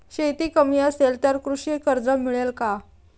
शेती कमी असेल तर कृषी कर्ज मिळेल का?